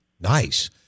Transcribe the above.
Nice